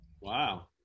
Wow